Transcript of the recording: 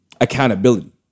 accountability